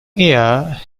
year